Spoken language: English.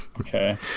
Okay